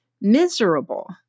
miserable